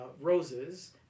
roses